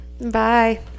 Bye